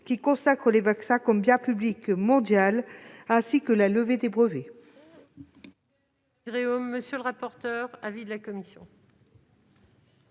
qui consacre les vaccins comme biens publics mondiaux et permette la levée des brevets.